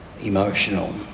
emotional